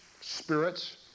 spirits